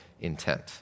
intent